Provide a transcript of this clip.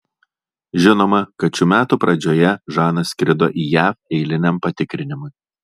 žinoma kad šių metų pradžioje žana skrido į jav eiliniam patikrinimui